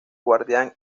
guardián